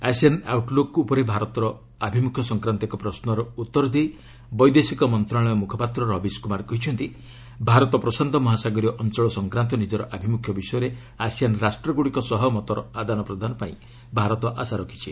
ASEAN outlook ଉପରେ ଭାରତର ଆଭିମୁଖ୍ୟ ସଂକ୍ରାନ୍ତ ଏକ ପ୍ରଶ୍ରର ଉତ୍ତର ଦେଇ ବୈଦେଶିକ ମନ୍ତ୍ରଶାଳୟର ମ୍ରଖପାତ୍ର ରବିଶ କ୍ରମାର କହିଛନ୍ତି ଭାରତ ପ୍ରଶାନ୍ତ ମହାସାଗରୀୟ ଅଞ୍ଚଳ ସଂକ୍ରାନ୍ତ ନିଜର ଆଭିମୁଖ୍ୟ ବିଷୟରେ ଆସିଆନ୍ ରାଷ୍ଟ୍ରଗୁଡ଼ିକ ସହ ମତର ଆଦାନ ପ୍ରଦାନ ପାଇଁ ଭାରତ ଆଶା ରଖିଛି